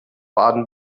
baden